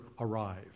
arrive